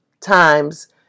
times